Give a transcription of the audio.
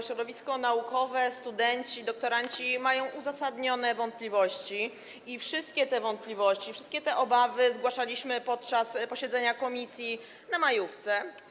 Środowisko naukowe, studenci, doktoranci mają uzasadnione wątpliwości i wszystkie te wątpliwości, wszystkie te obawy zgłaszaliśmy podczas posiedzenia komisji na majówce.